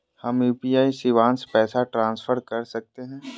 हम यू.पी.आई शिवांश पैसा ट्रांसफर कर सकते हैं?